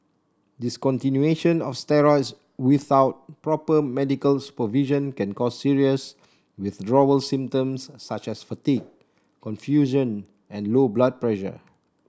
discontinuation of steroids without proper medical supervision can cause serious withdrawal symptoms such as fatigue confusion and low blood pressure